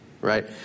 right